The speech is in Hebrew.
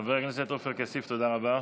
חבר הכנסת עופר כסיף, תודה רבה.